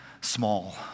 small